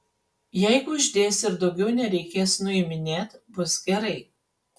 jeigu uždėsi ir daugiau nereikės nuiminėt bus gerai